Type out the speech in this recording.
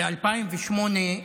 ב-2008,